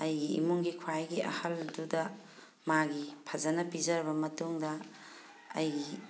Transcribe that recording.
ꯑꯩꯒꯤ ꯏꯃꯨꯡꯒꯤ ꯈ꯭ꯋꯥꯏꯒꯤ ꯑꯍꯜꯗꯨꯗ ꯃꯥꯒꯤ ꯐꯖꯅ ꯄꯤꯖꯔꯕ ꯃꯇꯨꯡꯗ ꯑꯩꯒꯤ